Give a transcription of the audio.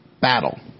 battle